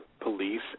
police